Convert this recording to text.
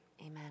amen